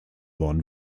worden